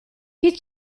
chi